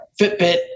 Fitbit